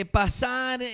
pasar